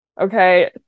Okay